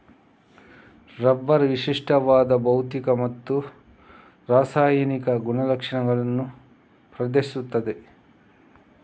rubber ವಿಶಿಷ್ಟವಾದ ಭೌತಿಕ ಮತ್ತು ರಾಸಾಯನಿಕ ಗುಣಲಕ್ಷಣಗಳನ್ನು ಪ್ರದರ್ಶಿಸುತ್ತದೆ